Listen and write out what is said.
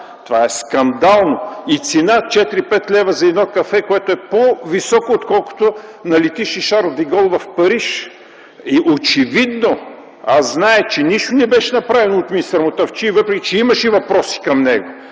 Това е скандално. И цена 4-5 лв. за едно кафе, което е по-скъпо, отколкото на летище „Шарл дьо Гол” в Париж... Аз зная, че нищо не беше направено от министър Мутафчиев, въпреки че имаше въпроси към него.